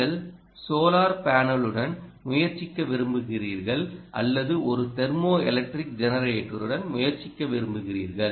நீங்கள் சோலார் பேனலுடன் முயற்சிக்க விரும்புகிறீர்கள் அல்லது ஒரு தெர்மோ எலக்ட்ரிக் ஜெனரேட்டருடன் முயற்சிக்க விரும்புகிறீர்கள்